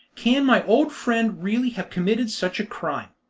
can my old friend really have committed such a crime?